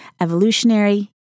evolutionary